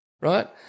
right